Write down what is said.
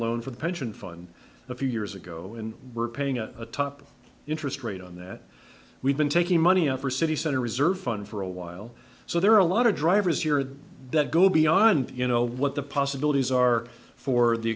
loan for the pension fund a few years ago and we're paying a top interest rate on that we've been taking money out for city center reserve fund for a while so there are a lot of drivers here that go beyond you know what the possibilities are for the